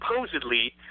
supposedly